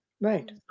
Right